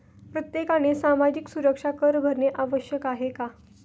प्रत्येकाने सामाजिक सुरक्षा कर भरणे आवश्यक आहे का?